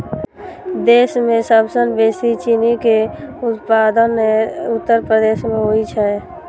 देश मे सबसं बेसी चीनीक उत्पादन उत्तर प्रदेश मे होइ छै